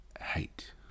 hate